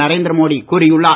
நரேந்திர மோடி கூறியுள்ளார்